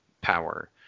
power